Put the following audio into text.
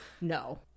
No